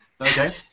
Okay